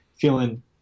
feeling